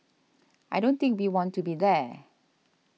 I don't think we want to be there